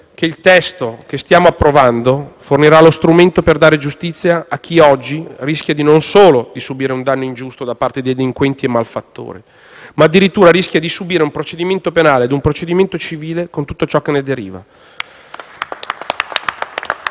che il testo che stiamo approvando fornirà lo strumento per dare giustizia a chi oggi rischia non solo di subire un danno ingiusto da parte di delinquenti e malfattori, ma addirittura rischia di subire un procedimento penale ed un procedimento civile con tutto ciò che ne deriva.